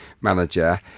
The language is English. manager